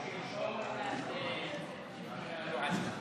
לפי הלועזי.